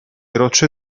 rocce